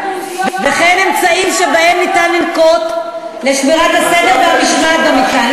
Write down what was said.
וכן אמצעים שניתן לנקוט לשמירת הסדר והמשמעת במתקן.